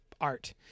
art